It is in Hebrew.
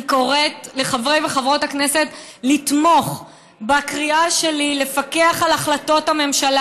אני קוראת לחברי וחברות הכנסת לתמוך בקריאה שלי לפקח על החלטות הממשלה,